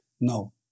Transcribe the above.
No